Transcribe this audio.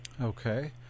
okay